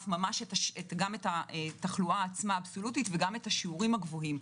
את התחלואה האבסולוטית וגם את השינויים הגבוהים,